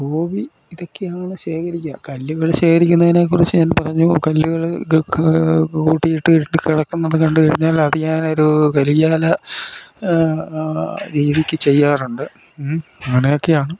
hobby ഇതൊക്കെയാണ് ശേഖരിക്കാ കല്ലുകൾ ശേഖരിക്കുന്നതിനെക്കുറിച്ച് ഞാൻ പറഞ്ഞു കല്ലുകൾ ഇതൊക്കെ കൂട്ടിയിട്ട് ഇട്ട് കിടക്കുന്നത് കണ്ട് കഴിഞ്ഞാൽ അത് ഞാൻ ഒരു കയ്യാല രീതിക്ക് ചെയ്യാറുണ്ട് അങ്ങനെയൊക്കെയാണ്